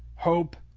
hope,